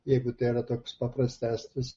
jeigu tai yra toks paprastesnis